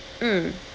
mm